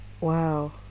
Wow